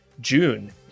June